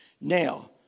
Now